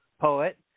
Poet